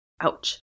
Ouch